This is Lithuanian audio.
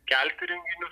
kelti renginius